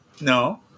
No